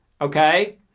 Okay